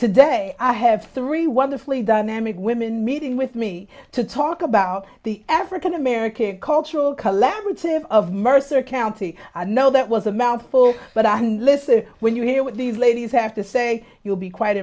today i have three wonderfully dynamic women meeting with me to talk about the african american cultural collaborative of mercer county i know that was a mouthful but i'm listening when you hear what these ladies have to say you'll be quite